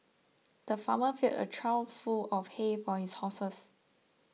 the farmer filled a trough full of hay for his horses